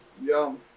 Yum